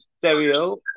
stereo